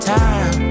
time